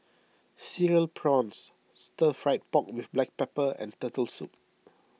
Cereal Prawns Stir Fried Pork with Black Pepper and Turtle Soup